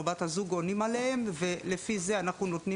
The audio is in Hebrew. או בת הזוג עונים עליהם ולפי זה אנחנו נותנים